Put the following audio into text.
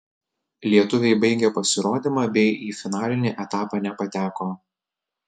lietuviai baigė pasirodymą bei į finalinį etapą nepateko